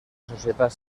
societat